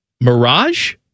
mirage